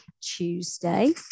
Tuesday